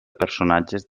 personatges